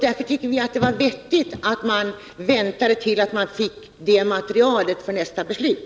Därför tycker vi att det är vettigt att vänta tills vi får det materialet.